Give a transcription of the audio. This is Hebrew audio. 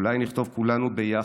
אולי נכתוב כולנו ביחד,